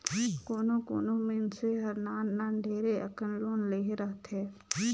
कोनो कोनो मइनसे हर नान नान ढेरे अकन लोन लेहे रहथे